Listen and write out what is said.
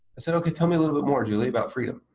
i said, okay. tell me a little bit more, julie, about freedom.